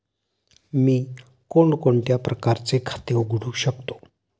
मी कोणकोणत्या प्रकारचे खाते उघडू शकतो?